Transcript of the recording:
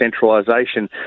centralisation